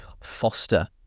foster